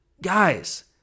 guys